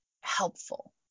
helpful